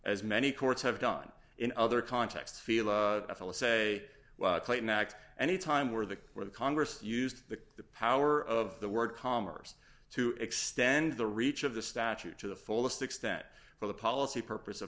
as many courts have done in other contexts feel a fella say well claim act any time where the where the congress used the power of the word commerce to extend the reach of the statute to the fullest extent for the policy purpose of